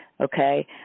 okay